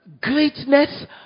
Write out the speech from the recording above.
greatness